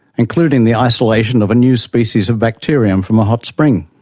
including the isolation of a new species of bacterium from a hot spring.